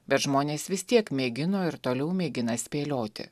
bet žmonės vis tiek mėgino ir toliau mėgina spėlioti